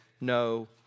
no